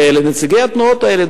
ולנציגי התנועות האלה,